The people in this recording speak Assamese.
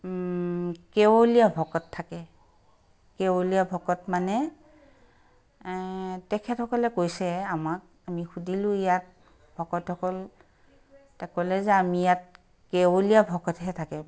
কেৱলীয়া ভকত থাকে কেৱলীয়া ভকত মানে তেখেতসকলে কৈছে আমাক আমি সুধিলোঁ ইয়াত ভকৰসকল তেতিয়া ক'লে যে আমি ইয়াত কেৱলীয়া ভকতহে থাকে বোলে